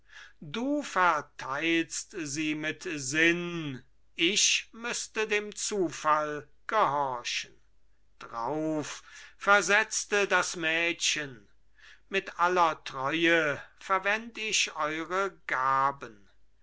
du verteilst sie mit sinn ich müßte dem zufall gehorchen drauf versetzte das mädchen mit aller treue verwend ich eure gaben